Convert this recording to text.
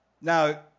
Now